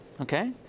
okay